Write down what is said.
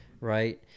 right